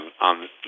on